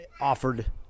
offered